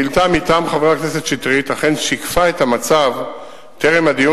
1 2. השאילתא מטעם חבר הכנסת שטרית אכן שיקפה את המצב טרם הדיון